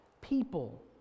people